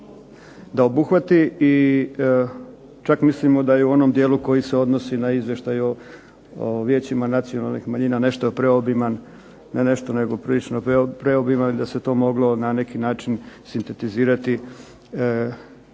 da obuhvati i čak mislimo da i u onom dijelu koji se odnosi na Izvještaj o vijećima nacionalnih manjina nešto preobiman. Ne nešto nego prilično preobiman i da se to moglo na neki način sintetizirati u jedan